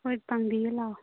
ꯍꯣꯏ ꯄꯥꯡꯕꯤꯒꯦ ꯂꯥꯛꯑꯣ